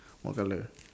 what colour